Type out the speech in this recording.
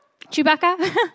Chewbacca